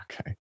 Okay